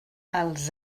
els